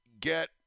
get